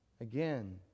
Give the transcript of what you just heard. Again